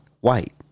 white